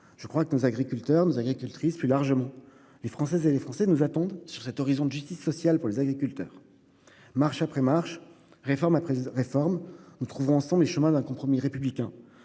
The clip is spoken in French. possible. Nos agriculteurs et nos agricultrices, plus largement les Français et les Françaises, nous attendent sur cet horizon de justice sociale. Marche après marche, réforme après réforme, nous trouvons ensemble les chemins d'un compromis républicain,